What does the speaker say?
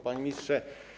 Panie Ministrze!